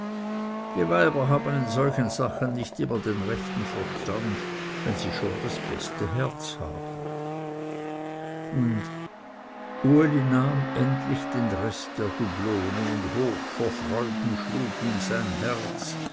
die weiber haben in solchen sachen nicht immer den rechten verstand wenn sie schon das beste herz haben uli nahm endlich den rest der dublone und hoch vor freuden schlug ihm sein herz